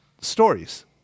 stories